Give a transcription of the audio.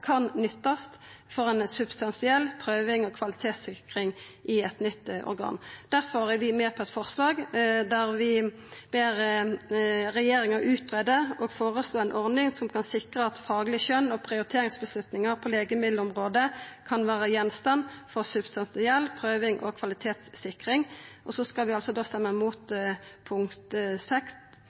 kan nyttast for ei substansiell prøving og kvalitetssikring i eit nytt organ. Difor er vi med på eit forslag der vi ber regjeringa greia ut og føreslå ei ordning som kan sikra at fagleg skjøn og prioriteringsavgjerder på legemiddelområdet kan vera gjenstand for substansiell prøving og kvalitetssikring. Vi stemmer imot § 6 femte ledd andre punktum. Vi